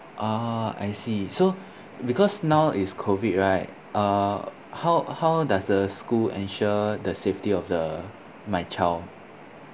ah I see so because now is COVID right uh how how does the school ensure the safety of the my child